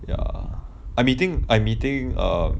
ya I'm eating I meeting um